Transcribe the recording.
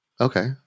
Okay